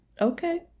Okay